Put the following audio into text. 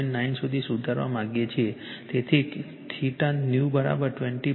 9 સુધી સુધારવા માંગીએ છીએ તેથી new 25